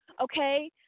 Okay